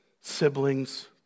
siblings